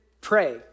pray